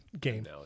game